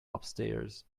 upstairs